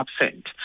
absent